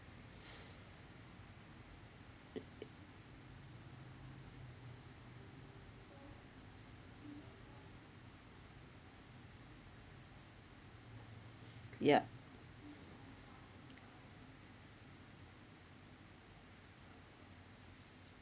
yup